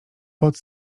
pot